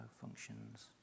functions